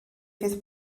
fydd